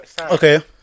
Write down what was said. Okay